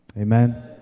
Amen